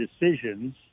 decisions